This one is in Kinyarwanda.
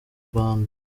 rwanda